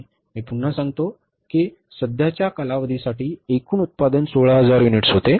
मी पुन्हा पुन्हा सांगतो की सध्याच्या कालावधीसाठी एकूण उत्पादन 16000 युनिट्स होते